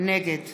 נגד